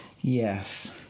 Yes